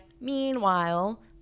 Meanwhile